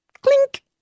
Clink